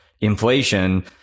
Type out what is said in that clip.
inflation